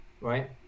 right